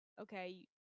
okay